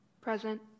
Present